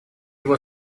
его